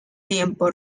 tiempo